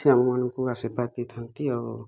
ସେ ଆମମାନଙ୍କୁ ଆର୍ଶୀବାଦ୍ ଦେଇଥାନ୍ତି ଆଉ